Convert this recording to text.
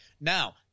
Now